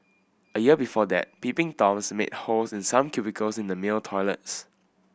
a year before that peeping Toms made holes in some cubicles in the male toilets